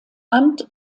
amt